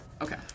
Okay